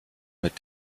mit